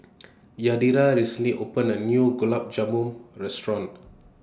Yadira recently opened A New Gulab Jamun Restaurant